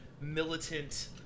militant